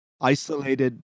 isolated